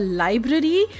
library